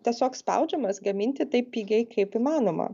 tiesiog spaudžiamas gaminti taip pigiai kaip įmanoma